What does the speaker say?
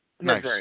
Nice